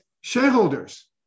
shareholders